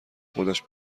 خودش